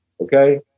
Okay